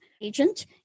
agent